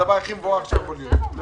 -- זה דבר הכי מבורך שיכול להיות.